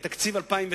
את תקציב 2009,